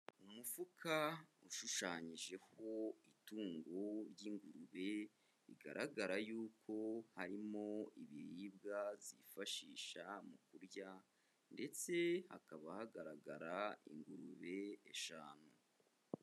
Umufuka ushushanyijeho itungo ry'ingurube, bigaragara yuko harimo ibiribwa zifashisha mu kurya ndetse hakaba hagaragara ingurube eshanu.